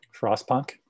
Frostpunk